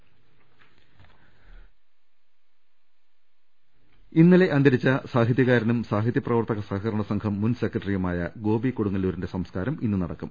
രദ്ദമ്പ്പെട്ടറ ഇന്നലെ അന്തരിച്ച സാഹിത്യകാരനും സാഹിത്യ പ്രവർത്തക സഹക രണ സംഘം മുൻ സെക്രട്ടറിയുമായ ഗോപി കൊടുങ്ങല്ലൂരിന്റെ സംസ്കാരം ഇന്ന് നടക്കും